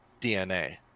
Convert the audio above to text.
DNA